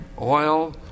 Oil